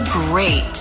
great